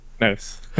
Nice